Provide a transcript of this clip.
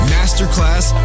Masterclass